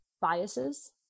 biases